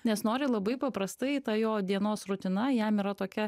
nes nori labai paprastai tą jo dienos rutina jam yra tokia